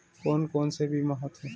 कोन कोन से बीमा होथे?